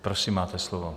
Prosím, máte slovo.